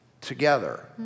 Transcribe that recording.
together